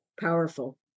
powerful